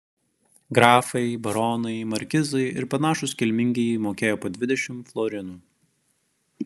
grafai baronai markizai ir panašūs kilmingieji mokėjo po dvidešimt florinų